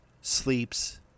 sleeps